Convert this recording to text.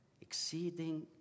exceeding